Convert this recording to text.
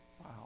Wow